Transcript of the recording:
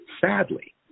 sadly